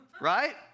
Right